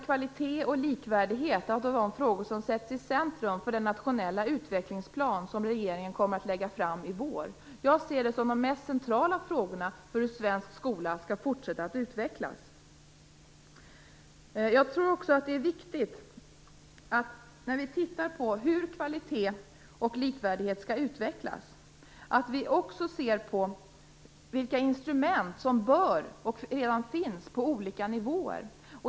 Kvalitet och likvärdighet måste därför sättas i centrum i den nationella utvecklingsplan som regeringen kommer att lägga fram i vår. Jag ser det som de mest centrala frågorna för hur svensk skola skall fortsätta att utvecklas. När vi tittar på hur kvalitet och likvärdighet skall utvecklas är det också viktigt att vi ser på vilka instrument som bör finnas och redan finns på olika nivåer.